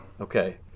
okay